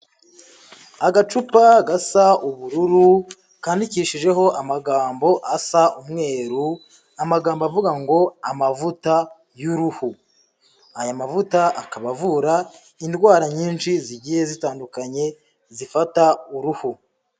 Agacupa gasa ubururu kandikishijeho amagambo asa umweru, amagambo avuga ngo amavuta y'uruhu, aya mavuta akaba avura indwara nyinshi zigiye zitandukanye zifata uruhu.